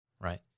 right